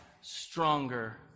stronger